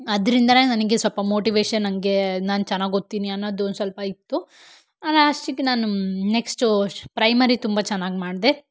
ಅದರಿಂದಾನೇ ನನಗೆ ಸ್ವಲ್ಪ ಮೋಟಿವೇಷನ್ ನನಗೆ ನಾನು ಚೆನ್ನಾಗಿ ಓದ್ತೀನಿ ಅನ್ನೋದು ಒಂದು ಸ್ವಲ್ಪ ಇತ್ತು ನಾನು ನಾನು ನೆಕ್ಷ್ಟು ಪ್ರೈಮರಿ ತುಂಬ ಚೆನ್ನಾಗಿ ಮಾಡಿದೆ